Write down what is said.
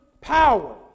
power